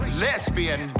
lesbian